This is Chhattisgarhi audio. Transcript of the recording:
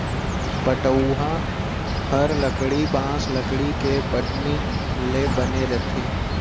पटउहॉं हर लकड़ी, बॉंस, लकड़ी के पटनी ले बने रथे